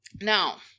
Now